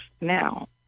now